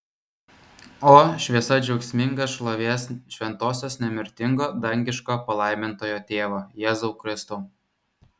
o šviesa džiaugsminga šlovės šventosios nemirtingo dangiško palaimintojo tėvo jėzau kristau